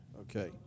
okay